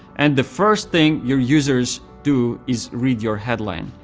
and the first thing your users do is read your headline.